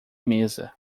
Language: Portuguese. mesa